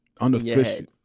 Unofficial